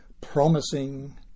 promising